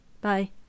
Bye